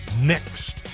next